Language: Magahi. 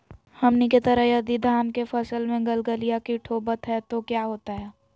हमनी के तरह यदि धान के फसल में गलगलिया किट होबत है तो क्या होता ह?